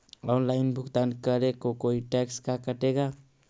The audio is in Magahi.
ऑनलाइन भुगतान करे को कोई टैक्स का कटेगा?